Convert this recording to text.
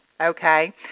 Okay